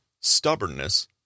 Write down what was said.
stubbornness